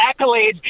accolades